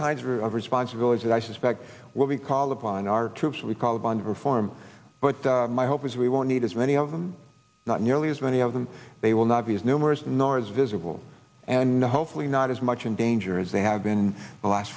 kinds of responsibility that i suspect will be called upon our troops we call band perform but my hope is we won't need as many of them not nearly as many of them they will not be as numerous nor as visible and hopefully not as much in danger as they have been the last